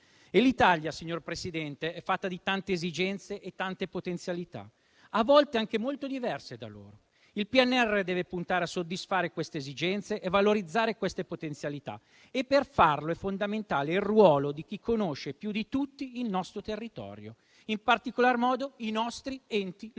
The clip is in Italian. e l'Italia, signor Presidente, è fatta di tante esigenze e tante potenzialità, a volte anche molto diverse tra loro. Il PNRR deve puntare a soddisfare queste esigenze e valorizzare queste potenzialità e per farlo è fondamentale il ruolo di chi conosce più di tutti il nostro territorio, in particolar modo i nostri enti locali.